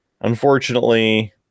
unfortunately